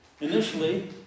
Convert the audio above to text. Initially